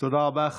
תודה רבה.